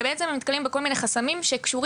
ובעצם הם נתקלים בכל מיני חסמים שקשורים